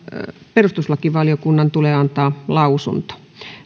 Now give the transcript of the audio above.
perustuslakivaliokunnan on annettava lausunto